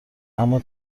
اما